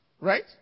Right